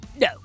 no